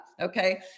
okay